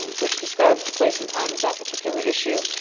um which describes the place and time of that particular issue,